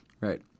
Right